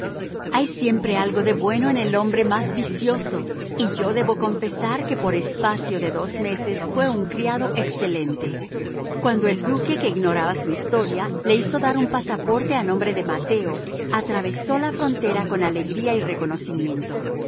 hay siempre algo de bueno en el hombre más vicioso y yo debo confesar que por espacio de dos meses fue un criado excelente cuando el duque que ignoraba su historia le hizo dar un pasaporte a nombre de mateo atravesó la frontera con alegría y reconocimiento